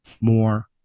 more